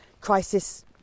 crisis